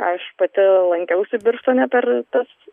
aš pati lankiausi birštone per tas